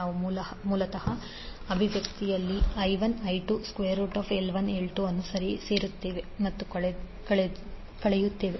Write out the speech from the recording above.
ನಾವು ಮೂಲತಃ ಅಭಿವ್ಯಕ್ತಿಯಲ್ಲಿ i1i2L1L2 ಅನ್ನು ಸೇರಿಸುತ್ತೇವೆ ಮತ್ತು ಕಳೆಯುತ್ತೇವೆ